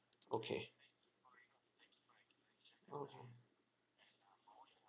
okay